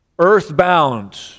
Earthbound